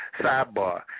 sidebar